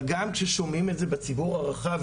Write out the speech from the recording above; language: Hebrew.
אבל גם כששומעים את זה בציבור הרחב,